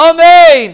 Amen